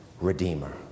Redeemer